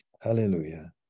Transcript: hallelujah